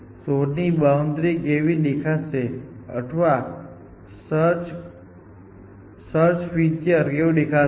શોધની બાઉન્ડ્રી કેવી દેખાશે અથવા સર્ચ ફ્રન્ટિયર કેવું દેખાશે